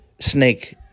snake